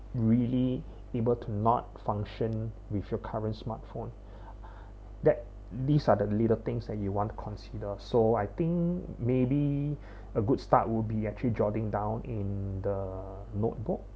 really able to not function with your current smartphone that these are the little things that you want to consider so I think maybe a good start would be actually jotting down in the notebook